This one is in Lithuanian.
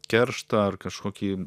kerštą ar kažkokį